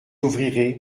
ouvrirez